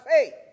faith